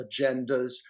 agendas